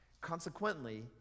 Consequently